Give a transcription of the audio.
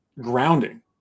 grounding